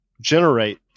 generate